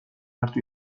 hartu